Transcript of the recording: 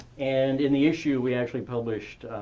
and in the issue, we actually published